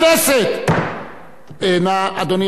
אדוני, יש לך עוד דקה שלמה, אני מאריך לך.